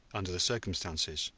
under the circumstances,